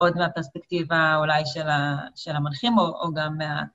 ‫עוד מהפרספקטיבה אולי של המנחים ‫או גם מה...